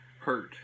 hurt